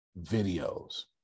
videos